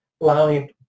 allowing